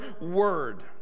word